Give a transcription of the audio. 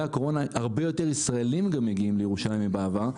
הקורונה גם מגיעים לירושלים הרבה יותר ישראלים מאשר בעבר,